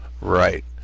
Right